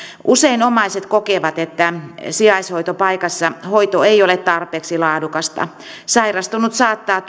usein omaiset kokevat että sijaishoitopaikassa hoito ei ole tarpeeksi laadukasta sairastunut saattaa